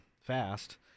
fast